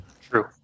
true